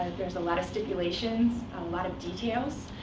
there's a lot of stipulations, a lot of details.